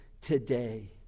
today